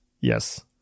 yes